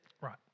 Right